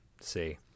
See